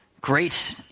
great